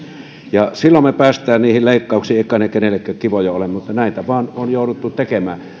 ja silloin me pääsemme niihin leikkauksiin eivät kai ne kenellekään kivoja ole mutta niitä vain on jouduttu tekemään